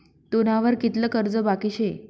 तुना वर कितलं कर्ज बाकी शे